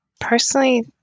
Personally